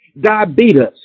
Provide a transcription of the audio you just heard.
Diabetes